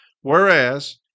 whereas